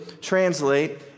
translate